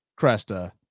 Cresta